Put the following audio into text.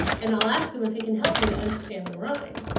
and i'll ask him if he can help me to understand the rhyme.